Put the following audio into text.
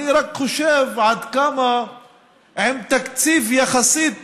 אני רק חושב עד כמה עם תקציב יחסית קטן,